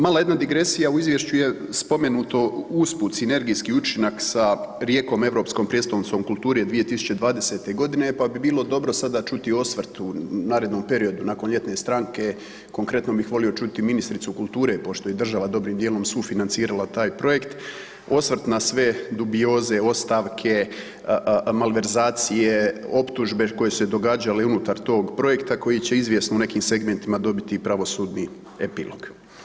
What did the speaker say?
Mala jedna digresija, u izvješću je spomenuto usput sinergijski učinak sa Rijekom Europskom prijestolnicom kulture 2020. godine pa bi bilo dobro sada čuti osvrt u narednom periodu nakon ljetne stanke, konkretno bih volio čuti ministricu kulture pošto je država dobrim dijelom sufinancirala taj projekt, osvrt na sve dubioze, ostavke, malverzacije, optužbe koje su se događale unutar tog projekta koji će izvjesno u nekim segmentima dobiti i pravosudni epilog.